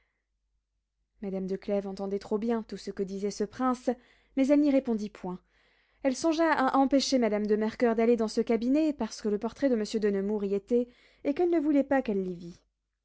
madame de clèves entendait trop bien tout ce que disait ce prince mais elle n'y répondit point elle songea à empêcher madame de mercoeur d'aller dans ce cabinet parce que le portrait de monsieur de nemours y était et qu'elle ne voulait pas qu'elle